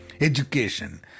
education